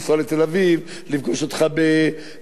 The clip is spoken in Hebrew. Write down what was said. לפגוש אותך בקרנות העיר,